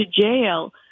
jail